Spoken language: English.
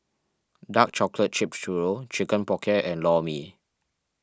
Dark Chocolate chip Churro Chicken Pocket and Lor Mee